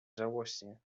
żałośnie